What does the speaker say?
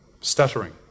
stuttering